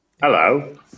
Hello